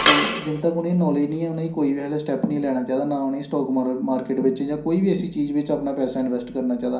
ते जिन्ने तक्क उ'नें गी नालेज निं ऐ उ'नें गी कोई बी ऐहो जेहा स्टैप निं लैना चाहिदा ना उ'नें गी स्टाक मार मार्केट बिच्च जां कोई बी ऐसी चीज बिच्च अपना पैसा इंवैस्ट करना चाहिदा